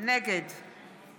נגד